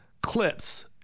clips